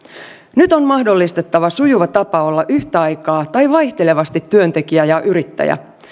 nyt on mahdollistettava sujuva tapa olla yhtä aikaa tai vaihtelevasti työntekijä ja yrittäjä